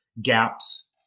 gaps